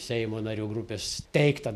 seimo narių grupės teiktą